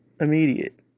immediate